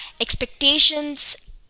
expectations